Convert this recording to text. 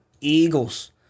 Eagles